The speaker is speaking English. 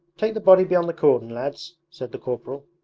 take the body beyond the cordon, lads said the corporal,